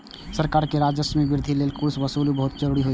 सरकार के राजस्व मे वृद्धि लेल कर वसूली बहुत जरूरी होइ छै